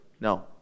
No